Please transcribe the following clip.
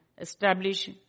establish